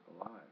alive